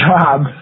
job